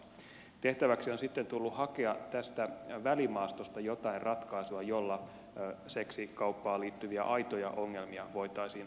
tehtäväksi on sitten tullut hakea tästä välimaastosta jotain ratkaisua jolla seksikauppaan liittyviä aitoja ongelmia voitaisiin onnistua torjumaan